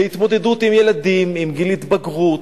להתמודדות עם ילדים, עם גיל ההתבגרות,